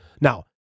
Now